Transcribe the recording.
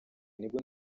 nibwo